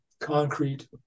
concrete